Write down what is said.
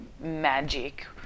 magic